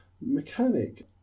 mechanic